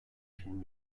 film